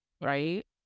Right